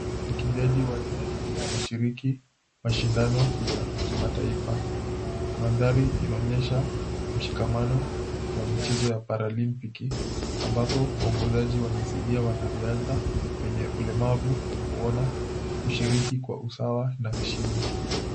Wakimbiaji wanne wanashiriki mashindano ya kitaifa maandhari inaonyesha mshikamano wa mchezo wa para olympiki ambapo waongozaji wanasaidia wanariadha wenye ulemavu wa kuona na kishiriki kwa usawa na heshima.